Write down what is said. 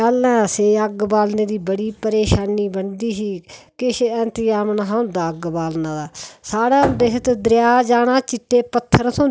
पैहलें असेंगी अग्ग बालने दी बड़ी परेशानी बनदी ही किश इंतजाम नेहा होंदा अग्ग बालने दा साढ़े होंदे हे दरिया जाना चिट्टे पत्थर थ्होंदे हे